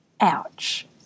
ouch